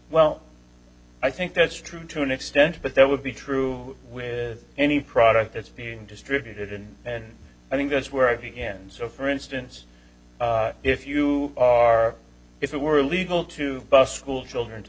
well i think that's true to an extent but there would be true with any product that's being distributed and and i think that's where at the end so for instance if you are if it were legal to bust schoolchildren to